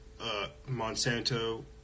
Monsanto